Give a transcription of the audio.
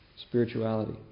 spirituality